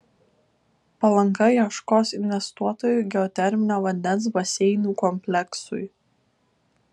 palanga ieškos investuotojų geoterminio vandens baseinų kompleksui